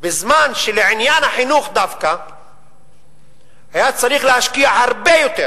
בזמן שבעניין החינוך דווקא היה צריך להשקיע הרבה יותר.